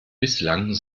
bislang